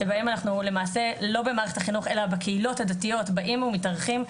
שבהם אנחנו למעשה לא במערכת החינוך אלא בקהילות הדתיות באים ומתארחים,